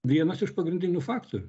vienas iš pagrindinių faktorių